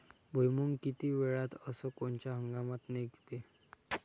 भुईमुंग किती वेळात अस कोनच्या हंगामात निगते?